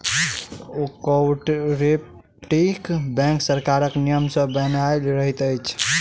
cooperative bank सरकारक नियम सॅ बन्हायल रहैत अछि